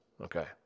Okay